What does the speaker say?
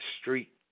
street